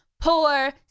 poor